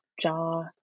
jaw